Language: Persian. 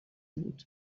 بود